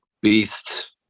beast